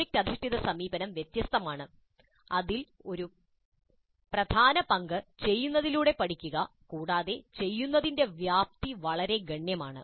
project അധിഷ്ഠിത സമീപനം വ്യത്യസ്തമാണ് അതിൽ ഒരു പ്രധാന പങ്ക് ചെയ്യുന്നതിലൂടെ പഠിക്കുക കൂടാതെ ചെയ്യുന്നതിന്റെ വ്യാപ്തി വളരെ ഗണ്യമാണ്